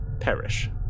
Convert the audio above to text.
perish